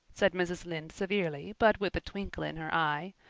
said mrs. lynde severely, but with a twinkle in her eye.